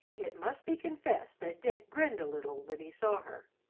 it must be confessed that dick grinned a little when he saw her.